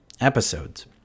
episodes